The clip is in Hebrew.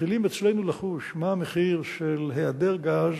מתחילים אצלנו לחוש מה המחיר של היעדר גז,